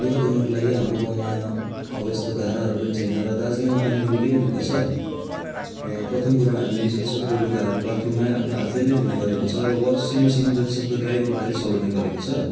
लुगा धुनुको लागि हाम्रो गाउँमा अब यस्तो धाराहरू पनि छैन र दार्जिलिङमा पानीको निकै नै दु ख छ र प्रथम कुरो हामीले जति सक्दो लुगाहरू बाथरुममै आफ्नो हातले नै धुने गरेको छ र वासिङ मसिन जतिसक्दो ड्राई गर्नु खालि चलाउने गरेको छ